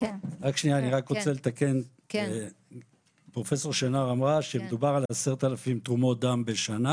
אני רוצה לתקן: פרופ' שנער אמרה שמדובר ב-10,000 תרומות דם בשנה